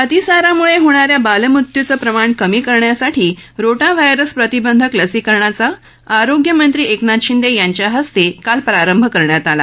अतिसारामुळे होणाऱ्या बालमृत्यूचं प्रमाण कमी करण्यासाठी रोटा व्हायरस प्रतिबंधक लसीकरणाचा आरोग्यमंत्री एकनाथ शिंदे यांच्या हस्ते काल प्रारंभ करण्यात आला